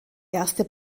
erste